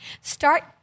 start